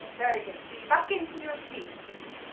very good. so you're back into your routine of things,